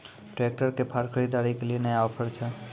Tractor के फार खरीदारी के लिए नया ऑफर छ?